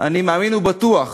אני מאמין ובטוח